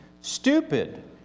stupid